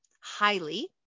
highly